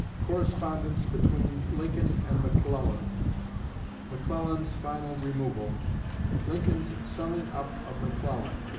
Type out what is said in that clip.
correspondence between lincoln and mcclellan mcclellan's final removal lincoln's summing-up of mcclellan